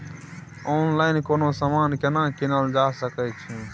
Online कोनो समान केना कीनल जा सकै छै?